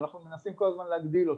ואנחנו מנסים כל הזמן להגדיל אותו.